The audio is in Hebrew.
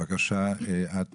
אני